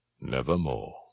Nevermore